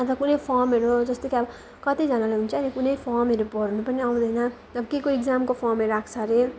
अन्त कुनै फर्महरू जस्तो कि अब कतिजनालाई हुन्छ नि कुनै फर्महरू भर्नु पनि आउँदैन अब के को इक्जामको फर्महरू आएको छ अरे